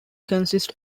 consists